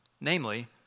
namely